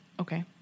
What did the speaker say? Okay